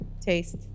Taste